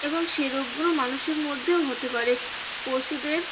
এবং সে রোগগুলো মানুষের মধ্যেও হতে পারে পশুদের